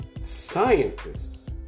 scientists